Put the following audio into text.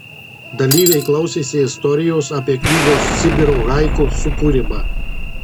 dalyviai klausėsi istorijos apie knygos sibiro haiku sukūrimą